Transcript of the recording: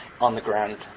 on-the-ground